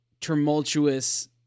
tumultuous